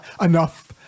enough